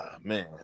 Man